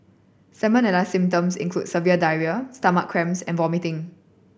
salmonella symptoms include severe diarrhoea stomach cramps and vomiting